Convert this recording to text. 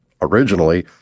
originally